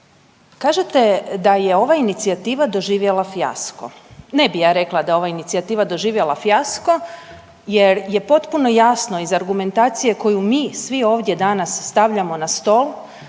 kažete da je ova inicijativa doživjela fijasko. Ne bi ja rekla da je ova inicijativa doživjela fijasko jer je potpuno jasno iz argumentacije koju mi svi ovdje danas stavljamo na stol